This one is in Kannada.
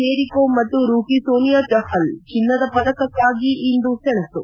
ಮೇರಿ ಕೋಮ್ ಮತ್ತು ರೂಕಿ ಸೋನಿಯಾ ಚಪಲ್ ಚಿನ್ನದ ಪದಕಕ್ಕಾಗಿ ಇಂದು ಸೆಣಸು